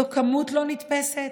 זו כמות לא נתפסת,